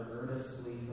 earnestly